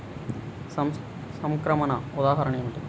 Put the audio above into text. సంక్రమణ ఉదాహరణ ఏమిటి?